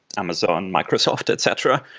amazon, microsoft, et cetera.